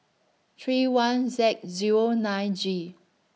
three one Z Zero nine G